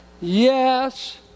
Yes